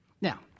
Now